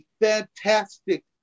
Fantastic